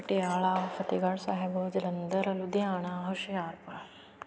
Patiala Fatehgarh Sahib Jalandhar Ludhiana Hoshiarpur